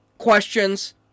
questions